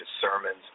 sermons